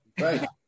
Right